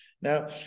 Now